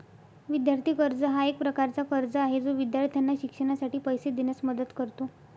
विद्यार्थी कर्ज हा एक प्रकारचा कर्ज आहे जो विद्यार्थ्यांना शिक्षणासाठी पैसे देण्यास मदत करतो